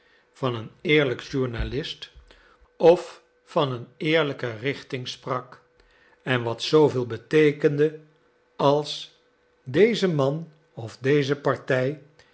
van een eerlijk journalist of van een eerlijke richting sprak en wat zooveel beteekende als deze man of deze partij